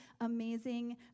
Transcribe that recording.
amazing